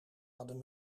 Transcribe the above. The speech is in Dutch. hadden